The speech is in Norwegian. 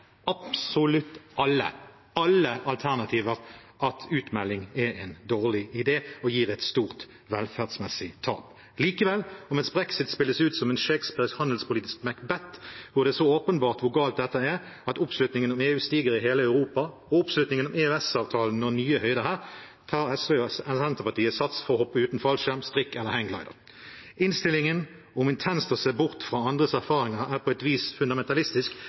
absolutt alle – alternativer at utmelding er en dårlig idé og gir et stort velferdsmessig tap. Likevel: Mens brexit spilles ut som en shakespearsk handelspolitisk Macbeth, hvor det er så åpenbart hvor galt dette er, at oppslutningen om EU stiger i hele Europa og oppslutningen om EØS-avtalen når nye høyder her, tar Senterpartiet sats for å hoppe uten fallskjerm, strikk eller hangglider. Innstillingen om intenst å se bort fra andres erfaringer er på et vis fundamentalistisk